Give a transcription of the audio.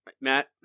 Matt